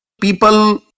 People